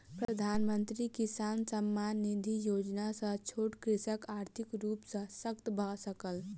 प्रधानमंत्री किसान सम्मान निधि योजना सॅ छोट कृषक आर्थिक रूप सॅ शशक्त भअ सकल